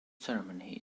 ceremony